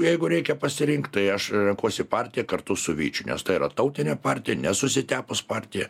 jeigu reikia pasirinkt tai aš renkuosi partiją kartu su vyčiu nes tai yra tautinė partija nesusitepus partija